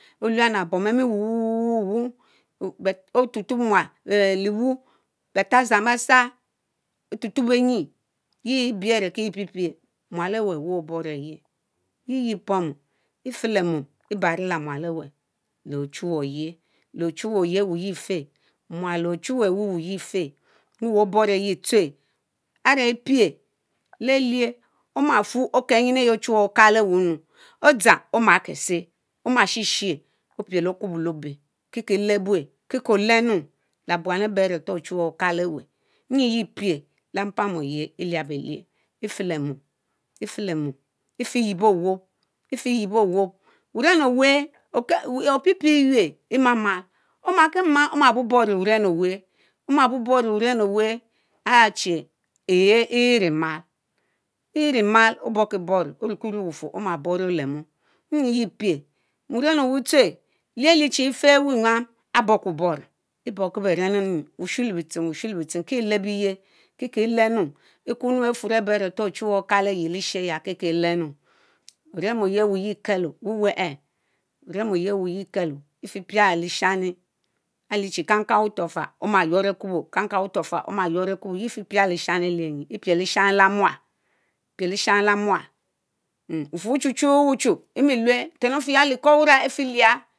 Oluienna bom behh mi whu̇u̇, whu̇u̇ whu̇u̇ otutub mual é léwhu beé thonsand beéh sarri ótutob benyi yie eéh biéé aré ki ééh-pi-pierr., Mu̇al eehwherẽ wherẽ oborẽ yéé, yiyie pommu̇ ifelemum ebaro le Mual eehwheré le-ochmweh óyié Owehhyi efehh, mual léh ochmweh who yea fehh whu̇ whéré oborééh yéhh tsueh àre Epié lecieh Oma-furr Okelnyin eyehh ochuwe Okaleeh wherē Emin Odzang oma késé Oma-Shishieh opiel Okubo le-Obeỹ Kekeeh ilébueeh Keke-Ohenu-lebu̇an aré béyh ochu̇weh akálé weh; Enyi yiepie le-mpám oyehh eliabelieh ifelemom, ifelemom, ifiyep bówóp, ifiyepbόwόρ, Wurén owéh oke, opipie Eyuere Imand Omákená Oma-buboro wuren Owehh aré chie E'eeh irimal, iriemal oborkiboro Orueki, rue wufurr oma oborkiboro orueki, rue wurr oma-boréhh Olemu ényie yiè'eeh E'pie wuren owehhtsuch leár-alichie ifiawehh enyam aré borrko-boro, E'borrki bérén bu̇swuu̇ léh bitsem, bu̇shu̇u̇ cen bitsem Ki-Elebo yeh Kikie élénu̇h ékumle befurr ébe aré Ochuweh Okaliyeh usheya ki-E'lenu orém oyéh owéhyiek kelo whu̇whereeh Orem oyéh awehyieh kelo, ifipialeshami aliéhshi kang kang bu̇tu̇irófál ómáyuorr Akribó, yeah ifipia leshani eliehenyi ẽpieh lėshani lééh muál, epieh cisham leeh-muál mmh whu̇furrs Uchu̇ehu̇-whu̇chu̇ Emilu̇eh, lu̇éhh nten- Ofehya le-Eku̇rr wu̇rang efielia.